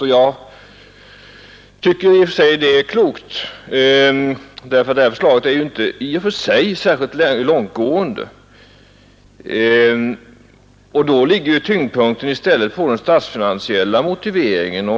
Också det tycker jag i och för sig är klokt, eftersom ju förslaget inte är så genomgripande. Då ligger tyngdpunkten i stället på den statsfinansiella motiveringen.